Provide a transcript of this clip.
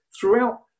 throughout